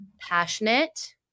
passionate